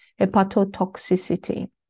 hepatotoxicity